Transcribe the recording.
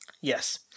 Yes